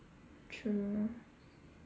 true